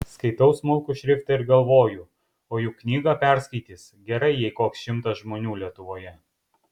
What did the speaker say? skaitau smulkų šriftą ir galvoju o juk knygą perskaitys gerai jei koks šimtas žmonių lietuvoje